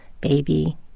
Baby